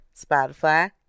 Spotify